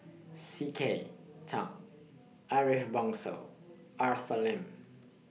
C K Tang Ariff Bongso Arthur Lim